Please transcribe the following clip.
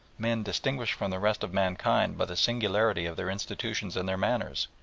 men distinguished from the rest of mankind by the singularity of their institutions and their manners.